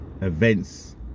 events